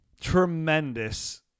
tremendous